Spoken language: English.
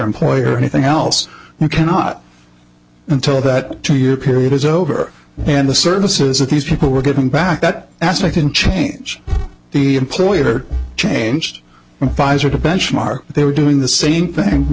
employee or anything else you cannot until that two year period is over then the services that these people were getting back that aspect in change the ploy or changed pfizer the benchmark they were doing the same thing